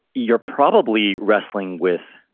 you're probably wrestling with